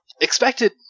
expected